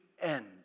end